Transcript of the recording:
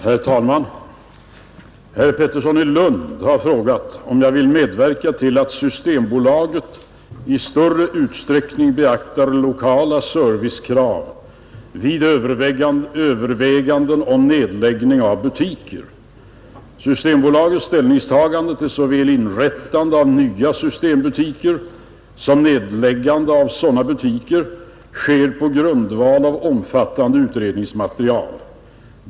Herr talman! Herr Pettersson i Lund har frågat, om jag vill medverka till att Systembolaget i större utsträckning beaktar lokala servicekrav vid överväganden om nedläggning av butiker. Systembolagets ställningstagande till såväl inrättande av nya systembutiker som nedläggande av sådana butiker sker på grundval av omfattande utredningsmaterial.